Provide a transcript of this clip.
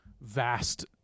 vast